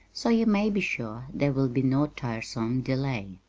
so you may be sure there will be no tiresome delay.